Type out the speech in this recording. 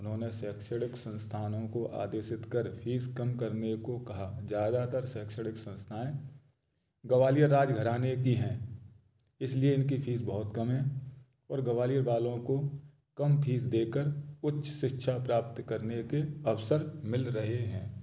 उन्होंने शैक्षणिक संस्थानों को आदेशित कर फीस कम करने को कहा ज़्यादातर शैक्षणिक संस्थाएँ गवालियर राजघराने की हैं इसलिए इनकी फीस बहुत कम है और गवालियर वालों को कम फीस दे कर उच्च सिक्षा प्राप्त करने के अवसर मिल रहे हैं